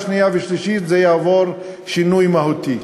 שנייה ושלישית זה יעבור שינוי מהותי.